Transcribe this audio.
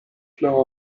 flow